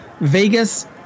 Vegas